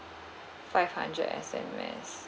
five hundred S_M_S